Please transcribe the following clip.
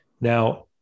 Now